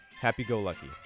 happy-go-lucky